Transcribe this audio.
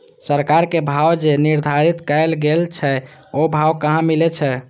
सरकार के भाव जे निर्धारित कायल गेल छै ओ भाव कहाँ मिले छै?